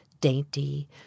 dainty